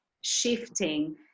shifting